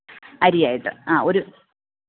അരിയായിട്ട് ആ ഒര്